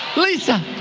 lisa,